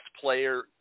player